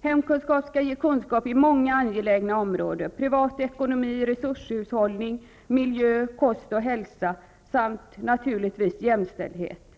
Hemkunskap skall ge kunskap på många angelägna områden: privat ekonomi, resurshushållning, miljö, kost och hälsa samt naturligtvis jämställdhet.